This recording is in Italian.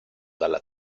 dalla